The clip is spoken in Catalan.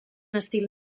estil